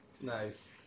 nice